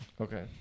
okay